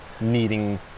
needing